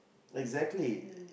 exactly